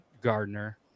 Gardner